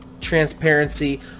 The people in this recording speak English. transparency